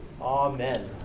Amen